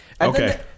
okay